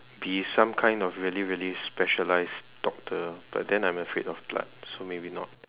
be some kind of really really specialised doctor but then I'm afraid of blood so maybe not